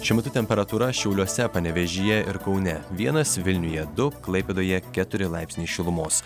šiuo metu temperatūra šiauliuose panevėžyje ir kaune vienas vilniuje du klaipėdoje keturi laipsniai šilumos